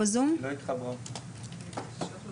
אנחנו יודעים